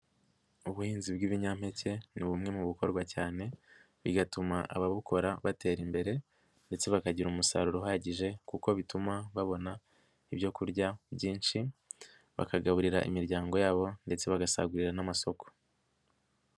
ubuhinzi bw'ibinyampeke ni bumwe mu bikorwa cyane bigatuma ababukora batera imbere ndetse bakagira umusaruro uhagije kuko bituma babona ibyoku kurya byinshi, bakagaburira imiryango yabo ndetse bagasagurira n'amasoko.